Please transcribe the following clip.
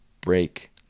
break